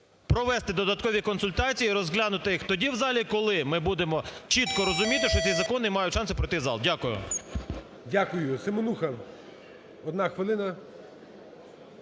провести додаткові консультації і розглянути їх тоді в залі, коли ми будемо чітко розуміти, що ці закони мають шанси пройти зал. Дякую. ГОЛОВУЮЧИЙ. Дякую. Семенуха, 1 хвилина.